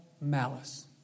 malice